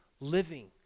living